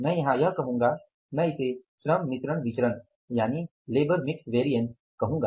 मैं यहां यह कहूंगा मैं इसे श्रम मिश्रण विचरण कहूँगा